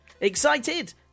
Excited